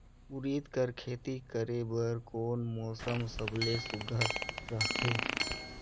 उरीद कर खेती करे बर कोन मौसम सबले सुघ्घर रहथे?